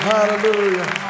Hallelujah